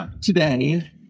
today